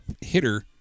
hitter